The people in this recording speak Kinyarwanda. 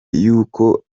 y’uko